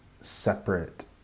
separate